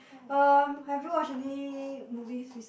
um have you watched any movies recently